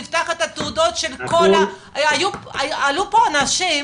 נפתח את התעודות של כל ה- עלו פה אנשים,